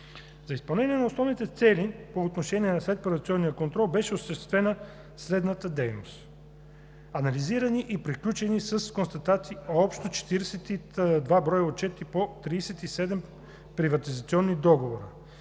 За изпълнение на основните цели по отношение на следприватизационния контрол беше осъществена следната дейност: анализирани и приключени с констатации са общо 42 броя отчети по 37 приватизационни договора;